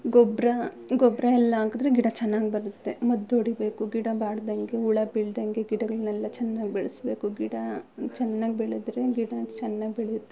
ಗೊಬ್ಬರ ಗೊಬ್ಬರ ಎಲ್ಲ ಹಾಕದ್ರೆ ಗಿಡ ಚೆನ್ನಾಗ್ ಬರುತ್ತೆ ಮದ್ದೊಡಿಬೇಕು ಗಿಡ ಬಾಡ್ದಂಗೆ ಹುಳ ಬಿಳ್ದಂಗೆ ಗಿಡಗಳ್ನೆಲ್ಲ ಚೆನ್ನಾಗ್ ಬೆಳೆಸ್ಬೇಕು ಗಿಡ ಚೆನ್ನಾಗ್ ಬೆಳೆದ್ರೆ ಗಿಡ ಚೆನ್ನಾಗ್ ಬೆಳೆಯುತ್ತೆ